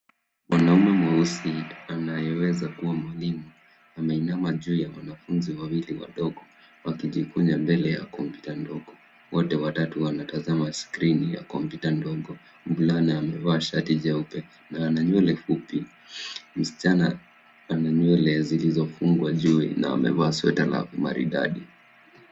Mwanaume mweusi anayeweza kuwa mwalimu ameinama juu ya wanafunzi wawili wadogo, wakijikunja mbele ya kompyuta ndogo. Wote watatu wanatazama skrini ya kompyuta ndogo. Mvulana amevaa shati jeupe na ana nywele fupi. Msichana ana nywele zilizofungwa juu na amevaa sweta la maridadi.